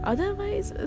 Otherwise